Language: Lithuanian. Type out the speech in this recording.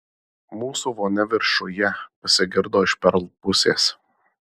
mūsų vonia viršuje pasigirdo iš perl pusės